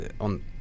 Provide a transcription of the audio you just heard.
on